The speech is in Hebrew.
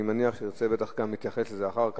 אני מניח שתרצה להתייחס לזה אחר כך.